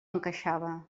encaixava